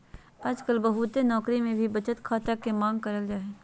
आजकल बहुते नौकरी मे भी बचत खाता के मांग करल जा हय